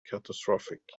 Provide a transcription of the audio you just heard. catastrophic